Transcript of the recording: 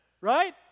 right